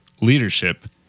leadership